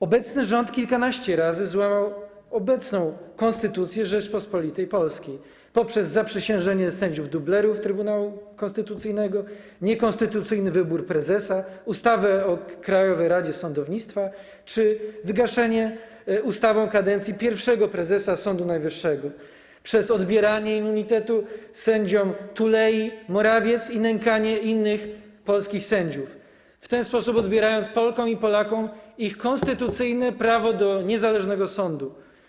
Obecny rząd kilkanaście razy złamał obecną Konstytucję Rzeczypospolitej Polskiej poprzez zaprzysiężenie sędziów dublerów Trybunału Konstytucyjnego, niekonstytucyjny wybór prezesa, ustawę o Krajowej Radzie Sądownictwa czy wygaszenie ustawy o kadencji pierwszego prezesa Sądu Najwyższego, przez odbieranie immunitetu sędziom Tulei, Morawiec i nękanie innych polskich sędziów, w ten sposób odbierając Polkom i Polakom ich konstytucyjne prawo do niezależnego sądu.